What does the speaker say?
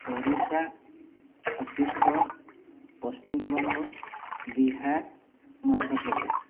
Odisha Chhattisgarh Paschimbanga Bihar Madhya Pradesh